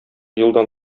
елдан